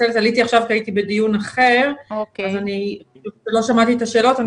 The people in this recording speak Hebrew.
לא שמעתי את השאלות.